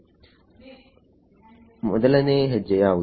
1ನೇ ಹೆಜ್ಜೆ ಯಾವುದು